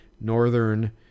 northern